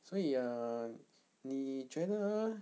所以 err 你觉得